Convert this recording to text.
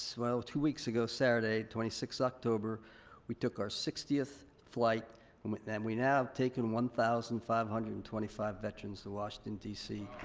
well two weeks ago saturday, twenty six october we took our sixtieth flight with them. we now have taken one thousand five hundred and twenty five veterans to washington dc.